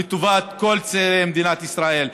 לטובת כל מדינת ישראל.